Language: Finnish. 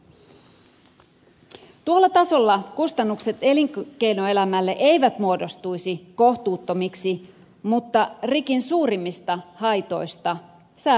tuolla tasolla kustannukset elinkeinoelämälle eivät muodostuisi kohtuuttomiksi mutta rikin suurimmilta haitoilta säästytään